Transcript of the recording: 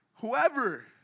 whoever